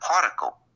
particle